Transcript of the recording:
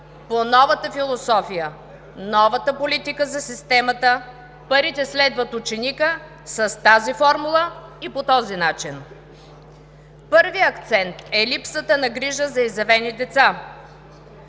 по новата философия, новата политика за системата „парите следват ученика“ с тази формула и по този начин. Първият акцент е липсата на грижа за изявени деца.